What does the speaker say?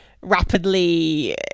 rapidly